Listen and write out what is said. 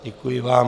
Děkuji vám.